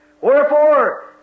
Wherefore